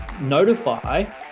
notify